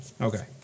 Okay